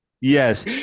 Yes